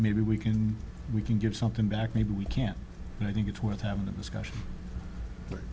maybe we can we can give something back maybe we can and i think it's worth having a discussion